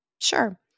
Sure